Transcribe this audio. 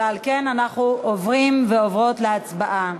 ועל כן אנחנו עוברים ועוברות להצבעה.